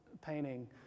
painting